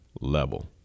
level